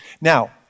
Now